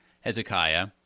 Hezekiah